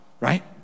right